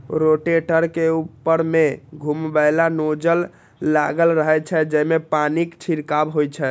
rotator के ऊपर मे घुमैबला नोजल लागल रहै छै, जइसे पानिक छिड़काव होइ छै